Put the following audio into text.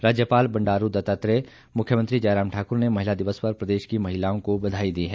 राज्यपाल बंडारू दत्तात्रेय और मुख्यमंत्री जयराम ठाकुर ने महिला दिवस पर प्रदेश की महिलाओं को बधाई दी है